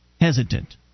hesitant